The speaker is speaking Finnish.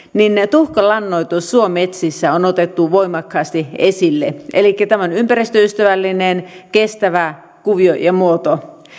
tuhkalannoitus suometsissä on otettu voimakkaasti esille elikkä tämä on ympäristöystävällinen kestävä kuvio ja muoto